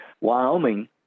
Wyoming